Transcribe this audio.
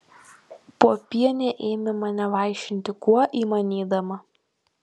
popienė ėmė mane vaišinti kuo įmanydama